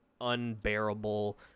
unbearable